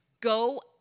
go